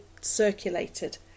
circulated